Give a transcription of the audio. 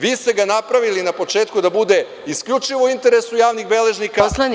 Vi ste ga napravili na početku da bude isključivo u interesu javnih beležnika…